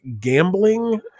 gambling